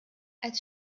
als